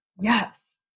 Yes